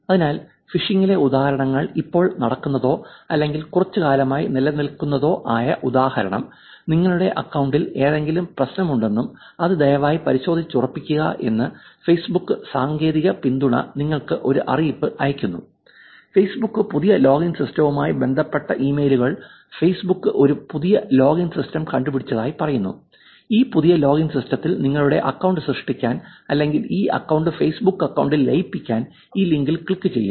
അതിനാൽ ഫിഷിംഗിലെ ഉദാഹരണങ്ങൾ ഇപ്പോൾ നടക്കുന്നതോ അല്ലെങ്കിൽ കുറച്ചുകാലമായി നിലനിൽക്കുന്നതോ ആയ ഉദാഹരണം നിങ്ങളുടെ അക്കൌണ്ടിൽ എന്തെങ്കിലും പ്രശ്നമുണ്ടെന്നും അത് ദയവായി പരിശോധിച്ചുറപ്പിക്കുക എന്ന് ഫെയ്സ്ബുക്ക് സാങ്കേതിക പിന്തുണ നിങ്ങൾക്ക് ഒരു അറിയിപ്പ് അയക്കുന്നു ഫേസ്ബുക്ക് പുതിയ ലോഗിൻ സിസ്റ്റവുമായി ബന്ധപ്പെട്ട ഇമെയിലുകൾ ഫേസ്ബുക്ക് ഒരു പുതിയ ലോഗിൻ സിസ്റ്റം കണ്ടുപിടിച്ചതായി പറയുന്നു ഈ പുതിയ ലോഗിൻ സിസ്റ്റത്തിൽ നിങ്ങളുടെ അക്കൌണ്ട് സൃഷ്ടിക്കാൻ അല്ലെങ്കിൽ ഈ അക്കൌണ്ട് ഫേസ്ബുക്ക് അക്കൌണ്ടിൽ ലയിപ്പിക്കാൻ ഈ ലിങ്കിൽ ക്ലിക്കുചെയ്യുക